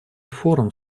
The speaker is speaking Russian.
форум